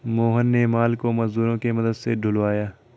मोहन ने माल को मजदूरों के मदद से ढूलवाया